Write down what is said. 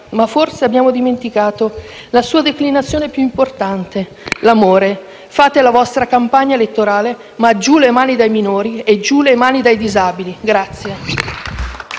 ma forse abbiamo dimenticato la sua declinazione più importante: l'amore. Fate la vostra campagna elettorale, ma giù le mani dai minori e giù le mani dai disabili!